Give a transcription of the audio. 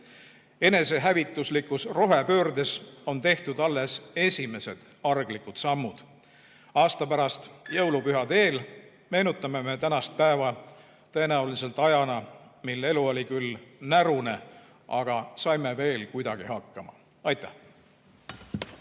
Enesehävituslikus rohepöördes on tehtud alles esimesed arglikud sammud. Aasta pärast jõulupühade eel meenutame tänast päeva tõenäoliselt ajana, mil elu oli küll närune, aga saime veel kuidagi hakkama. Aitäh!